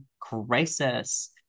crisis